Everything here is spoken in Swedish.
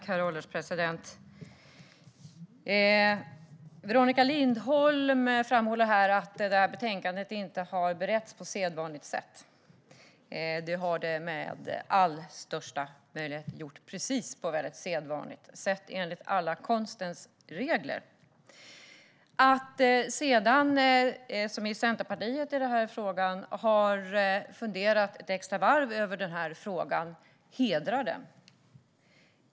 Herr ålderspresident! Veronica Lindholm framhåller att betänkandet inte har beretts på sedvanligt sätt. Det har det gjorts. Det har beretts på sedvanligt sätt och enligt konstens alla regler. Att Centerpartiet har funderat ett extra varv i denna fråga hedrar dem.